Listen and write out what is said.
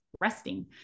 resting